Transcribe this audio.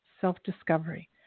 self-discovery